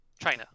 China